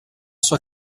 sua